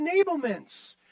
enablements